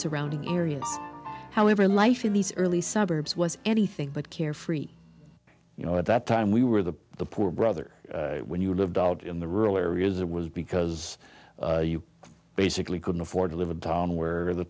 surrounding areas however life in these early suburbs was anything but carefree you know at that time we were the the poor brother when you lived out in the rural areas it was because you basically couldn't afford to live a town where the